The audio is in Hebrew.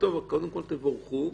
קודם כול תבורכו.